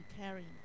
carrying